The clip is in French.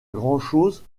grand’chose